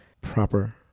proper